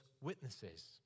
witnesses